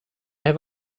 have